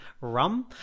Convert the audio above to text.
rum